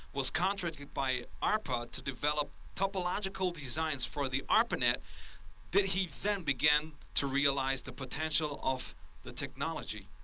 was contracted by arpa to develop topological designs for the arpanet that he then began to realize the potential of the technology.